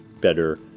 better